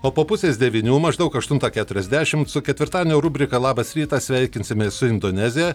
o po pusės devynių maždaug aštuntą keturiasdešim su ketvirtadienio rubrika labas rytas sveikinsimės su indonezija